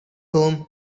home